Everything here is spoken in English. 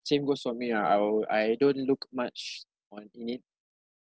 same goes for me ah I will I don't look much on in it